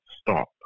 stop